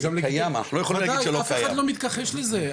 אנחנו רואים את זה,